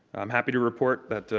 i'm happy to report that,